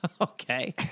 Okay